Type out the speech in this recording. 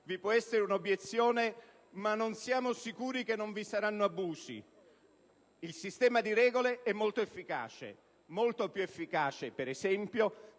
Si può obiettare che non siamo sicuri che non vi saranno abusi, ma il sistema di regole è molto efficace, molto più efficace, ad esempio